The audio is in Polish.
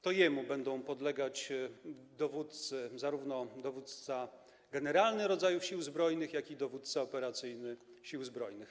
To jemu będą podlegać dowódcy, zarówno dowódca generalny rodzajów Sił Zbrojnych, jak i dowódca operacyjny Sił Zbrojnych.